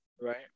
Right